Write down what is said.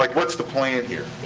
like what's the plan here?